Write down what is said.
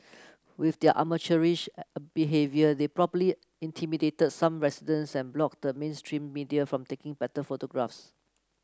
with their amateurish behaviour they probably intimidated some residents and blocked the mainstream media from taking better photographs